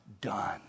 done